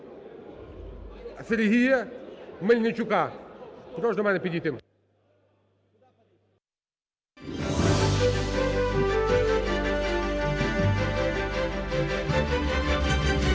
Сергій Мельничука, прошу до мене підійти.